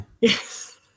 Yes